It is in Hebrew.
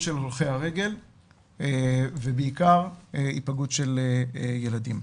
של הולכי הרגל ובעיקר היפגעות ילדים.